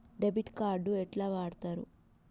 Debit card ఎట్లా వాడుతరు?